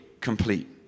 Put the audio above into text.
complete